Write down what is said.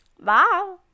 Bye